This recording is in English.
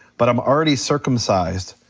but i'm already circumcised,